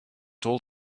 told